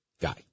guy